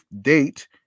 date